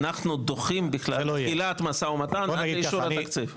אנחנו דוחים בכלל את תתחילת המשא-ומתן עד לאישור התקציב.